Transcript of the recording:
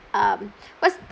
um what's